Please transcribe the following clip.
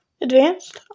advanced